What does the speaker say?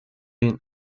been